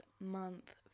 month